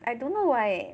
I don't know why eh